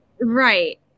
Right